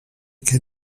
che